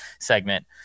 segment